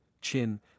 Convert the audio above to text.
chin